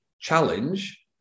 challenge